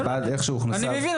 חב"ד איכשהו הוכנסה --- אני מבין,